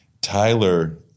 Tyler